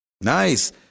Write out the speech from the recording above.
Nice